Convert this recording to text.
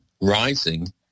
rising